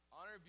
Honor